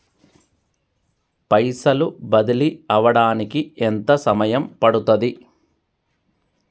పైసలు బదిలీ అవడానికి ఎంత సమయం పడుతది?